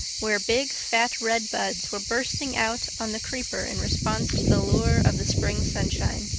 where big fat red buds were bursting out on the creeper in response to the lure of the spring sunshine.